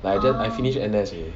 but I just I finish N_S already